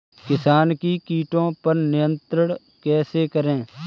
किसान कीटो पर नियंत्रण कैसे करें?